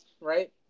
right